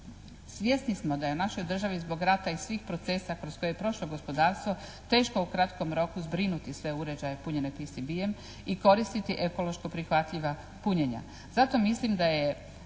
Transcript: Svjesni smo da je u našoj državi zbog rata i svih procesa kroz koje je prošlo gospodarstvo teško u kratkom roku zbrinuti sve uređaje punjene PSB-em i koristiti ekološko prihvatljiva punjenja. Zato mislim da je